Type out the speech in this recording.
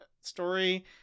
story